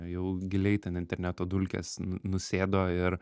jau giliai ten interneto dulkės nusėdo ir